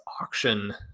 auction